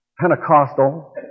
Pentecostal